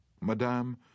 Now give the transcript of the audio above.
Madame